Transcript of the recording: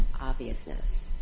obviousness